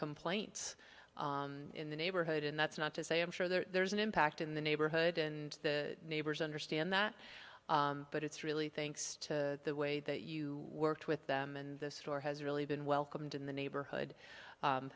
complaints in the neighborhood and that's not to say i'm sure there's an impact in the neighborhood and the neighbors understand that but it's really thanks to the way that you worked with them and the store has really been welcomed in the neighborhood